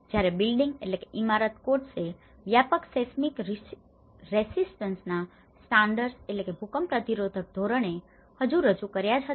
જ્યારે building building ઈમારત કોડ્સે વ્યાપક સેસ્મીક રેસિસ્ટંટના સ્ટાન્ડર્ડસ seismic resistant standards ભૂકંપ પ્રતિરોધક ધોરણો હજુ રજૂ કર્યા જ હતા